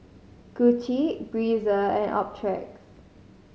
Gucci Breezer and Optrex